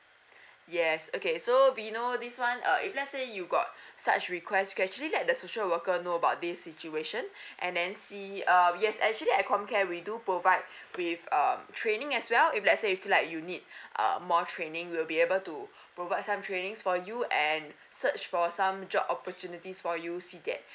yes okay so vino this one uh if let's say you got such requests you can actually let the social worker know about this situation and then see um yes actually at com care we do provide with um training as well if let's say if like you need more training we will be able to provide some trainings for you and search for some job opportunities for you